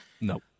No